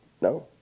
No